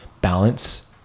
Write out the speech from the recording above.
balance